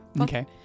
Okay